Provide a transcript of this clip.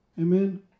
amen